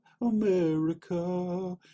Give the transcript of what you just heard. America